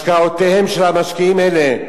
השקעותיהם של המשקיעים האלה,